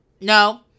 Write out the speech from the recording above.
no